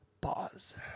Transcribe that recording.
Pause